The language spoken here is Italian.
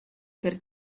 per